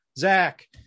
Zach